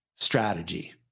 strategy